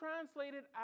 translated